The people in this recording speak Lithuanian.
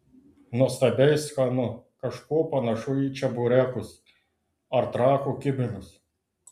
nuostabiai skanu kažkuo panašu į čeburekus ar trakų kibinus